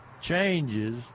changes